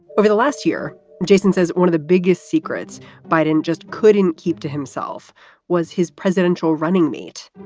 over the last year jason says one of the biggest secrets biden just couldn't keep to himself was his presidential running mate.